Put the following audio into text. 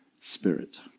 Spirit